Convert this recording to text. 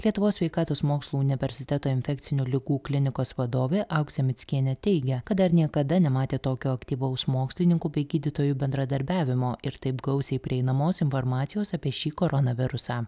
lietuvos sveikatos mokslų universiteto infekcinių ligų klinikos vadovė auksė mickienė teigia kad dar niekada nematė tokio aktyvaus mokslininkų bei gydytojų bendradarbiavimo ir taip gausiai prieinamos informacijos apie šį koronavirusą